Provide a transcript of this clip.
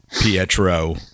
Pietro